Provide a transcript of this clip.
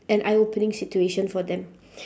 an eye opening situation for them